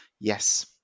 yes